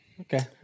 okay